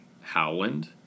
Howland